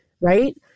Right